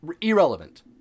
Irrelevant